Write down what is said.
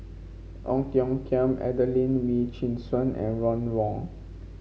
Ong Tiong Khiam Adelene Wee Chin Suan and Ron Wong